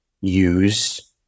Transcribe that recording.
use